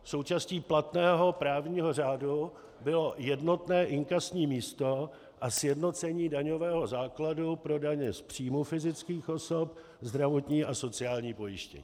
Součástí platného právního řádu bylo jednotné inkasní místo a sjednocení daňového základu pro daně z příjmů fyzických osob, zdravotní a sociální pojištění.